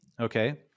Okay